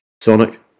Sonic